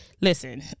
Listen